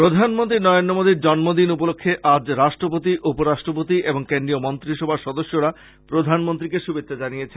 প্রধানমন্ত্রী নরেন্দ্র মোদীর জন্মদিন উপলক্ষ্যে আজ রাষ্ট্রপতি উপ রাষ্ট্রপতি এবং কেন্দ্রীয় মন্ত্রী সভার সদস্যরা প্রধানমন্ত্রীকে শুভেচ্ছা জানিয়েছেন